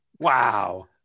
wow